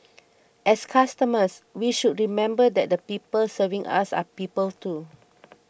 as customers we should remember that the people serving us are people too